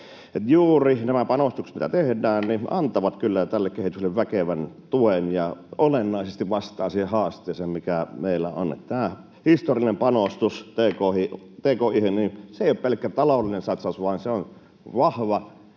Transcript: juuri nämä panostukset, mitä tehdään, antavat kyllä tälle kehitykselle väkevän tuen ja olennaisesti vastaavat siihen haasteeseen, mikä meillä on. Tämä historiallinen panostus tki:hin ei ole pelkkä taloudellinen satsaus, vaan se on vahva